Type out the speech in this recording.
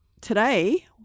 today